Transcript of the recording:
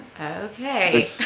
Okay